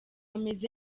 ameze